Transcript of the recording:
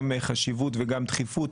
גם חשיבות וגם דחיפות.